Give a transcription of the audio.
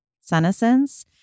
senescence